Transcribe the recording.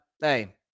hey